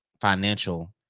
financial